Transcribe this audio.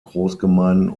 großgemeinden